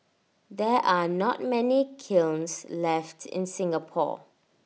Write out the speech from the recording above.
there are not many kilns left in Singapore